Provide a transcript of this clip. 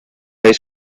high